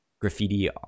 graffiti